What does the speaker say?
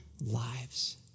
Lives